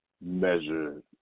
measure